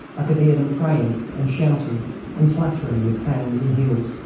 i could hear them praying and shouting and clattering with hands and heels.